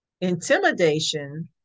intimidation